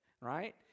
Right